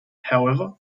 however